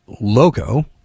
Logo